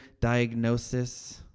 diagnosis